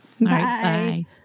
Bye